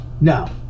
No